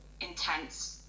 intense